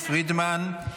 פרידמן,